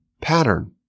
pattern